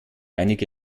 einige